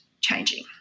changing